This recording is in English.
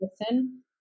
listen